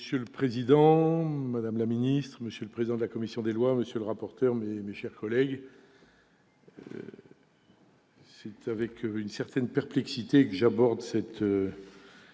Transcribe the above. Monsieur le président, madame la secrétaire d'État, monsieur le président de la commission, monsieur le rapporteur, mes chers collègues, c'est avec une certaine perplexité que j'aborde cette